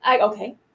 Okay